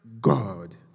God